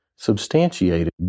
substantiated